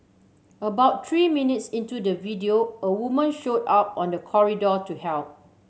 about three minutes into the video a woman showed up on the corridor to help